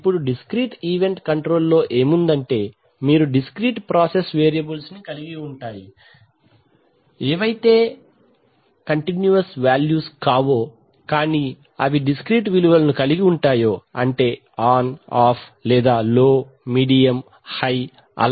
ఇప్పుడు discrete event control లో ఏముందంటే మీరు డిస్క్రీట్ ప్రాసెస్ వేరియబుల్స్ ను కలిగి ఉంటాయి ఏవైతే కంటిన్యూయస్ వాల్యూస్ కావో కానీ అవి డిస్క్రీట్ విలువలను కలిగి ఉంటాయో అంటే ఆన్ ఆఫ్ లేదా లో మీడియం హై అలా